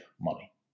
money